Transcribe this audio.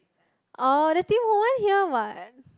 oh there's Tim-Ho-Wan here what